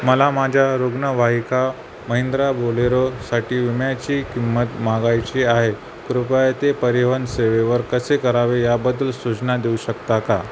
मला माझ्या रुग्णवाहिका महिंद्रा बोलेरोसाठी विम्याची किंमत मागायची आहे कृपया ते परिवहन सेवेवर कसे करावे याबद्दल सूचना देऊ शकता का